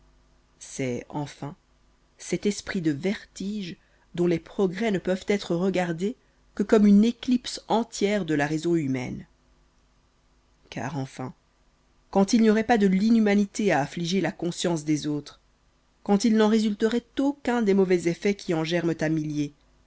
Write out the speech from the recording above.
c'est enfin cet esprit de vertige dont les progrès ne peuvent être regardés que comme une éclipse entière de la raison humaine car enfin quand il n'y auroit pas de l'inhumanité à affliger la conscience des autres quand il n'en résulteroit aucun des mauvais effets qui en germent à milliers